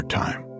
time